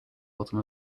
bottom